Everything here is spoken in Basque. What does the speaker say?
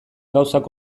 gauzak